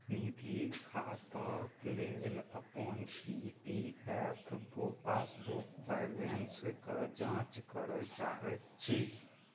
निधि खाताके लेल अपन ई पी एफ पासबुक बैलेन्सके जाँच करै चाहै छी